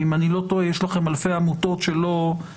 ואם אני לא טועה יש לכם אלפי עמותות שלא אתם,